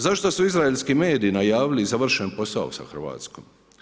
Zašto su izraelski mediji najavili završen posao sa Hrvatskom?